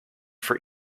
for